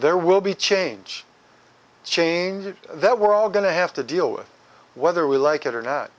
there will be change change that we're all going to have to deal with whether we like it or not